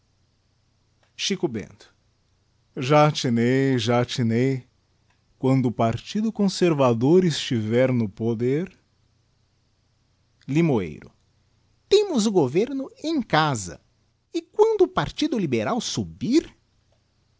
xico bento já atinei já atinei quando o partido conservador estiver no poder limoeiro temos o governo em casa e quando o partido liberal subir